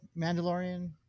Mandalorian